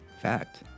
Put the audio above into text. Fact